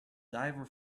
diver